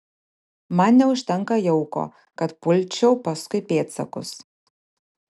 man neužtenka jauko kad pulčiau paskui pėdsakus